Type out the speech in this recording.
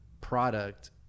product